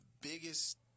biggest